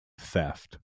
theft